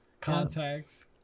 contacts